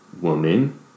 woman